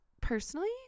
personally